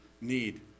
need